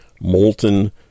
molten